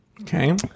Okay